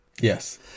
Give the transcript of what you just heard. Yes